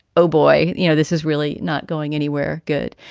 oh, boy, you know, this is really not going anywhere good.